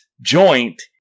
joint